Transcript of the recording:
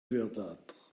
verdâtre